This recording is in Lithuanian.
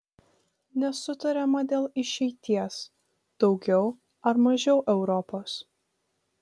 nesutariama dėl išeities daugiau ar mažiau europos